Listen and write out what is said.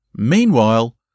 Meanwhile